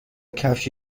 کفش